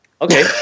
okay